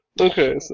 Okay